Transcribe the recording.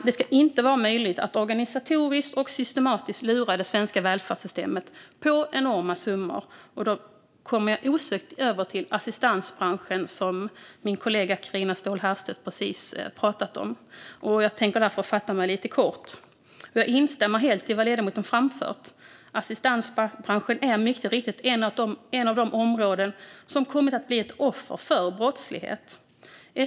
Det ska inte vara möjligt att organiserat och systematiskt lura det svenska välfärdsystemet på enorma summor. Då kommer jag osökt över till assistansbranschen. Den har min kollega Carina Ståhl Herrstedt precis talat om, varför jag tänker fatta mig kort. Jag instämmer helt i vad ledamoten framfört. Assistansbranschen är mycket riktigt ett av de områden som kommit att bli offer för brottslighet.